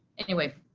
anyway,